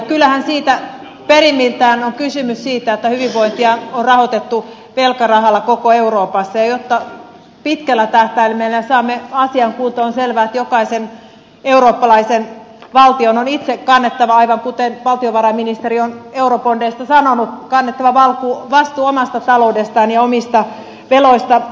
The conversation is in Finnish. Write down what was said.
kyllähän siitä perimmiltään on kysymys että hyvinvointia on rahoitettu velkarahalla koko euroopassa ja jotta pitkällä tähtäimellä saamme asian kuntoon on selvää että jokaisen eurooppalaisen valtion on itse kannettava aivan kuten valtiovarainministeri on eurobondeista sanonut vastuu omasta taloudestaan ja omista veloistaan